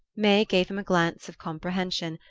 may gave him a glance of comprehension,